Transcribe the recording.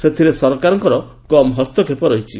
ସେଥିରେ ସରକାରଙ୍କର କମ୍ ହସ୍ତକ୍ଷେପ ରହିଛି